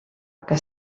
que